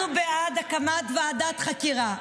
אנחנו בעד הקמת ועדת חקירה.